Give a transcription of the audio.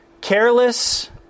careless